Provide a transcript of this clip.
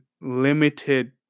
limited